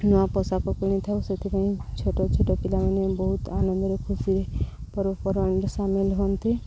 ନୂଆ ପୋଷାକ କିଣିଥାଉ ସେଥିପାଇଁ ଛୋଟ ଛୋଟ ପିଲାମାନେ ବହୁତ ଆନନ୍ଦରେ ଖୁସି ପର୍ବପର୍ବାଣି ସାମିଲ୍ ହୁଅନ୍ତି